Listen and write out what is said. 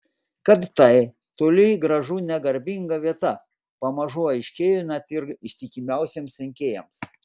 kad tai toli gražu ne garbinga vieta pamažu aiškėja net ir ištikimiausiems rinkėjams